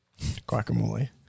Guacamole